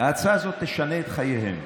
ההצעה הזאת תשנה את חייהם,